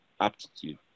aptitude